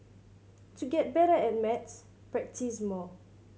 to get better at maths practise more